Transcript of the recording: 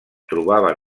trobaven